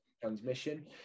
transmission